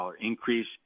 increase